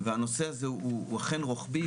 והנושא הזה הוא אכן רוחבי,